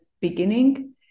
beginning